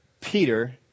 Peter